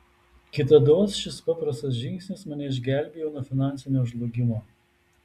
kitados šis paprastas žingsnis mane išgelbėjo nuo finansinio žlugimo